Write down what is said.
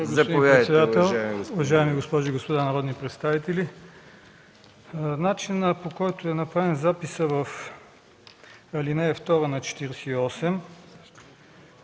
председател. Уважаеми госпожи и господа народни представители! Начинът, по който е направен записът в ал. 2 на чл.